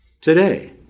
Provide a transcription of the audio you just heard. Today